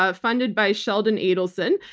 ah funded by sheldon adelson.